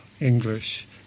English